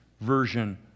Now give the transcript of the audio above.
version